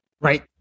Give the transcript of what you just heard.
Right